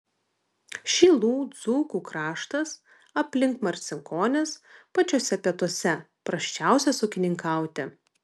šilų dzūkų kraštas aplink marcinkonis pačiuose pietuose prasčiausias ūkininkauti